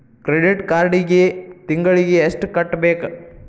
credit ಕಾರ್ಡಿಗಿ ತಿಂಗಳಿಗಿ ಎಷ್ಟ ಕಟ್ಟಬೇಕ